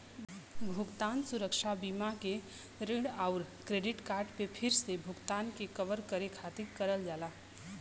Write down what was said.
भुगतान सुरक्षा बीमा के ऋण आउर क्रेडिट कार्ड पे फिर से भुगतान के कवर करे खातिर करल जाला